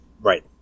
Right